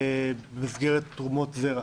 במסגרת תרומות הזרע.